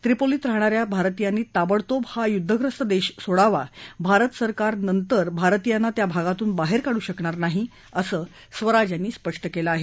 त्रिपोलीत राहणाऱ्या भारतीयांनी ताबडतोब हा युद्धग्रस्त देश सोडावा भारत सरकार नंतर भारतीयांना त्या भागातून बाहेर काढू शकणार नाही असं स्वराज यांनी स्पष्ट केलं आहे